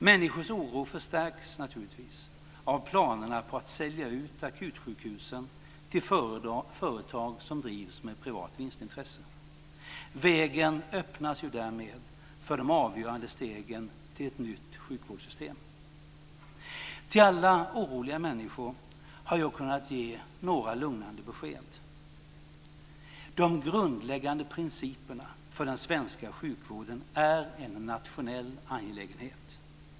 Människors oro förstärks naturligtvis av planerna på att sälja ut akutsjukhusen till företag som drivs med privat vinstintresse. Vägen öppnas ju därmed för de avgörande stegen till ett nytt sjukvårdssystem. Till alla oroliga människor har jag kunnat ge några lugnande besked: - De grundläggande principerna för den svenska sjukvården är en nationell angelägenhet.